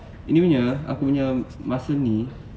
ini punya aku punya masa ni